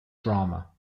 drama